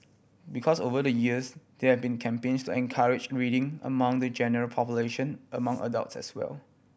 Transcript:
because over the years there been campaigns encourage reading among the general population among adults as well